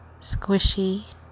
squishy